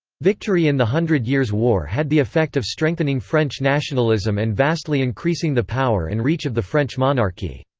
victory in the hundred years' war had the effect of strengthening french nationalism and vastly increasing the power and reach of the french monarchy.